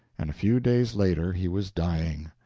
and a few days later he was dying.